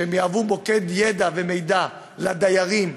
שהם יהוו מוקד ידע ומידע לדיירים,